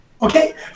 Okay